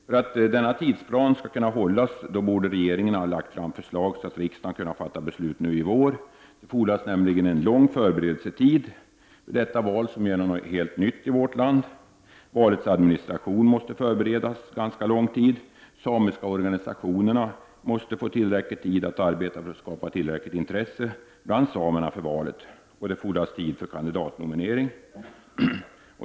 För att denna tidsplan skall kunna hållas borde regeringen ha lagt fram förslag så att riksdagen hade kunnat fatta beslut nu i vår. Det fordras nämligen en lång förberedelsetid för detta val, som innebär något helt nytt i vårt land. Valets administration måste förberedas under ganska lång tid. De samiska organisationerna måste få tillräckligt lång tid att arbeta för att skapa tillräckligt intresse bland samerna för valet. Det fordras tid för kandidatnominering.